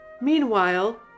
Meanwhile